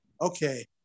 okay